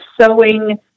sewing